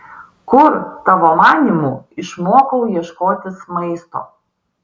kur tavo manymu išmokau ieškotis maisto